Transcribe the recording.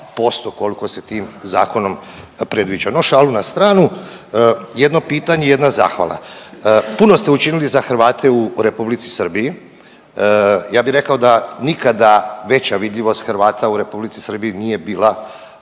koliko se time zakonom predviđa. No šalu na stranu. Jedno pitanje i jedna zahvala. Puno ste učinili za Hrvate u Republici Srbiji, ja bi rekao da nikada veća vidljivost Hrvata u Republici Srbiji nije bila